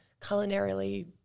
culinarily